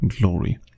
Glory